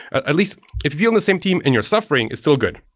ah at least if you feel in the same team and you're suffering, it's still good.